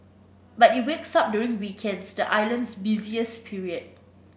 but it wakes up during weekends the island's busiest period